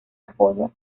apodo